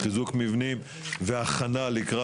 האוצר אפשר גם ליזום הצעת חוק מהכנסת.